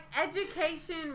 education